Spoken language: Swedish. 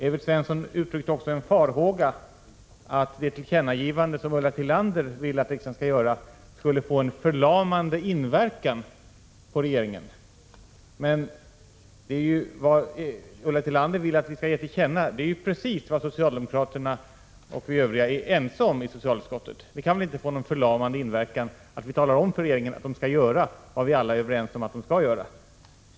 Evert Svensson uttryckte också en farhåga att det tillkännagivande som Ulla Tillander vill att riksdagen skall göra skulle få en förlamande inverkan på regeringen. Men det Ulla Tillander vill att vi skall ge till känna är ju precis vad socialdemokraterna och vi övriga är ense om i socialutskottet. Det kan väl inte få någon förlamande inverkan, att vi talar om för regeringen att den skall göra vad vi alla är överens om att den skall göra.